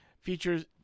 features